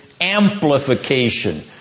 amplification